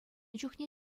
чухне